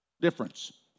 difference